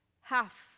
half